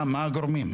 מה הגורמים?